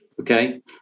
Okay